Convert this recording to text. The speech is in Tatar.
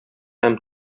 һәм